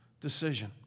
decision